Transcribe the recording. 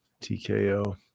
TKO